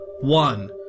One